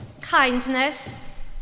kindness